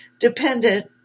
dependent